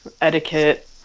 etiquette